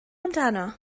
amdano